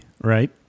Right